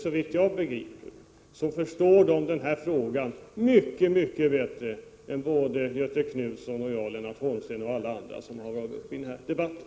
Såvitt jag begriper förstår den denna fråga mycket bättre än vad Göthe Knutson, jag, Lennart Holmsten och alla andra ledamöter som varit uppe i denna debatt gör.